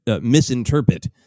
misinterpret